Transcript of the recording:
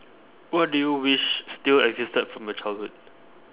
what do you wish still existed from your childhood